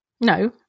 No